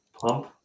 pump